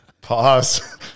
Pause